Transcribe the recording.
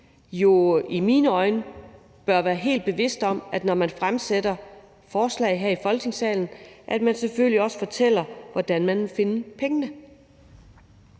jo i mine øjne bør være helt bevidst om: Når man fremsætter forslag her i Folketingssalen, fortæller man selvfølgelig også, hvordan man vil finde pengene.